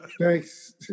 thanks